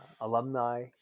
alumni